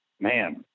man